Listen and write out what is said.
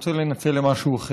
אני רוצה לנצל למשהו אחר.